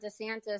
DeSantis